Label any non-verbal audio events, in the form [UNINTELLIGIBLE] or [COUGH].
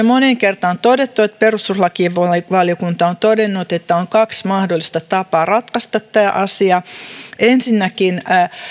[UNINTELLIGIBLE] moneen kertaan todettu että perustuslakivaliokunta on todennut että on kaksi mahdollista tapaa ratkaista tämä asia ensinnäkin